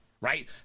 right